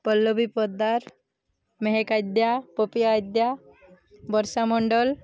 ପଲ୍ଲବୀ ପଦାର୍ ମେହେକ ଆଦ୍ୟା ପପିଆ ଆଦ୍ୟା ବର୍ଷା ମଣ୍ଡଲ